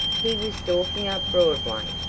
he was stalking up broadway.